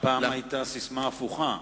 פעם היתה ססמה הפוכה,